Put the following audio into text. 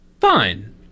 fine